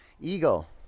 Eagle